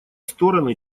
стороны